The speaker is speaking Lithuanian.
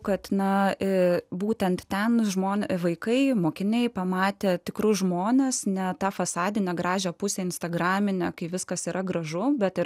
kad na būtent ten žmonės vaikai mokiniai pamatė tikrus žmones ne tą fasadinę gražią pusę instagrame kai viskas yra gražu bet ir